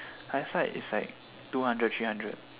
ya that's why it's like two hundred three hundred